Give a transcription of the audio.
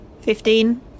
fifteen